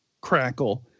crackle